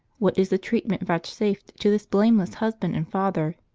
what is the treatment vouchsafed to this blameless husband and father?